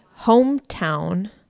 hometown –